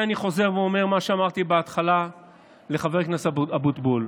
ולכן אני חוזר ואומר מה שאמרתי בהתחלה לחבר הכנסת אבוטבול: